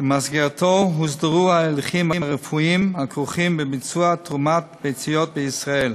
ובמסגרתו הוסדרו ההליכים הרפואיים הכרוכים בביצוע תרומת ביציות בישראל.